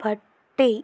പട്ടി